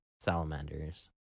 salamander's